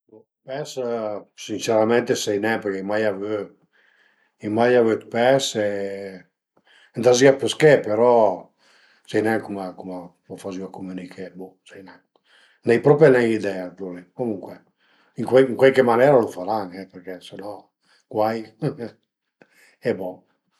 Bo, pes sincerament sai nen përché ai mai avü ai mai avü d'pes e andazìa pësché però sai nen cum a fazìan a cumüniché bo, sai nen, n'ai propi nen idea d'lo li, comuncue ën cuaiche manera a lu faran përché se no guai e bon